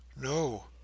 No